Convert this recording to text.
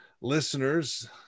listeners